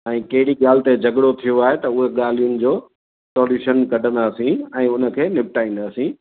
ऐं कहिड़ी ॻाल्हि ते झॻड़ो थियो आहे त उहे ॻाल्हियुनि जो सॉल्यूशन कढंदासीं ऐं उनखे निपटाईंदासीं